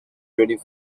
ready